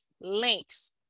links